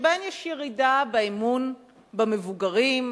שבהן יש ירידה באמון במבוגרים,